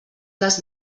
les